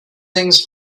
things